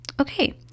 okay